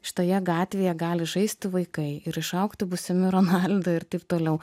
šitoje gatvėje gali žaisti vaikai ir išaugti būsimi ronaldo ir taip toliau